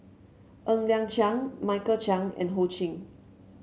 Ng Liang Chiang Michael Chiang and Ho Ching